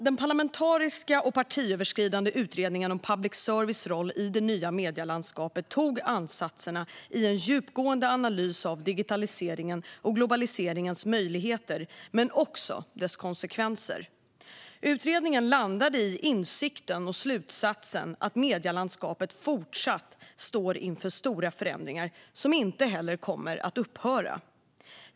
Den parlamentariska och partiöverskridande utredningen om public services roll i det nya medielandskapet tog ansats i en djupgående analys av digitaliseringens och globaliseringens möjligheter, men också deras konsekvenser. Utredningen landade i insikten och slutsatsen att medielandskapet även fortsättningsvis står inför stora förändringar som inte kommer att upphöra.